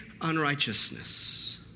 unrighteousness